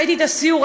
הייתי בסיור,